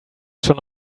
schon